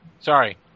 Sorry